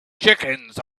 chickens